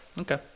Okay